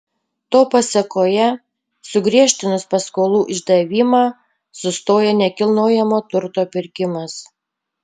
to pasėkoje sugriežtinus paskolų išdavimą sustoja nekilnojamo turto pirkimas